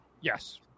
Yes